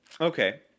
Okay